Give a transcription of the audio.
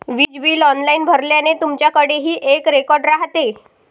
वीज bill online भरल्याने, तुमच्याकडेही एक रेकॉर्ड राहते